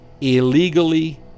illegally